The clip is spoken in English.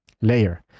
layer